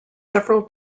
several